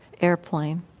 Airplane